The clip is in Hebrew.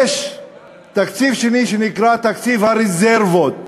יש תקציב שני, שנקרא תקציב הרזרבות,